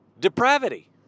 depravity